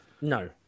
no